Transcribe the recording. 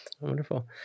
Wonderful